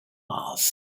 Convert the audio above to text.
mars